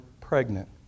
pregnant